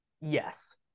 yes